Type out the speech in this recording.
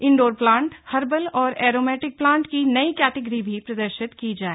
indoor plant herbal और aromatic plant की नई कैटेगरी भी प्रदर्शित की जाय